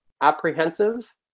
apprehensive